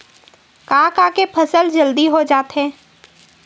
का का के फसल जल्दी हो जाथे?